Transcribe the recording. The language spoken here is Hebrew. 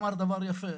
אמר דבר יפה,